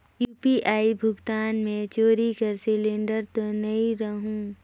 UPI भुगतान मे चोरी कर सिलिंडर तो नइ रहु?